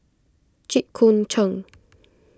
Jit Koon Ch'ng